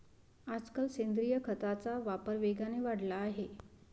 आजकाल सेंद्रिय खताचा वापर वेगाने वाढला आहे